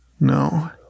No